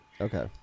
Okay